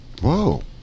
whoa